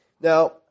Now